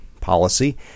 policy